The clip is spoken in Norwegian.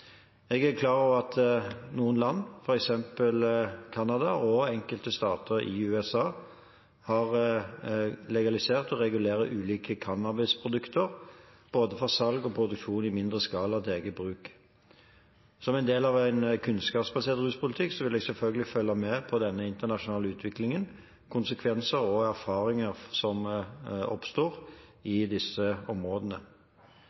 Jeg er klar over at noen land, f.eks. Canada og enkelte stater i USA, har legalisert og regulerer ulike cannabisprodukter for både salg og produksjon i mindre skala til eget bruk. Som en del av en kunnskapsbasert ruspolitikk vil jeg selvfølgelig følge med på denne internasjonale utviklingen, på konsekvenser og erfaringer som oppstår